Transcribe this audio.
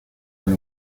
run